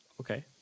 okay